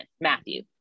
matthew